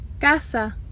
casa